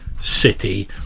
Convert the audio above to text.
city